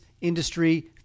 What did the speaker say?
industry